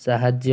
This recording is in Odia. ସାହାଯ୍ୟ